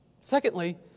secondly